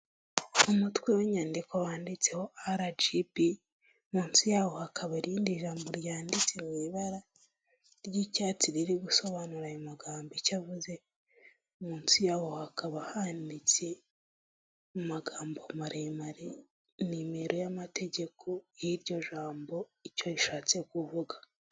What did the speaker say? Umutwe w'inyandiko wanditseho arajibi munsi yawo hakaba irindi jambo ryanditse mu ibara ry'icyatsi riri gusobanura ayo magambo icyo avuze, munsi yaho hakaba handitse mu magambo maremare nimero y'amategeko y'iryo jambo icyo rishatse kuvuga.